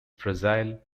fragile